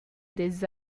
des